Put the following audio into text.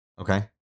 Okay